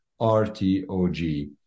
RTOG